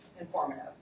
informative